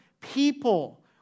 people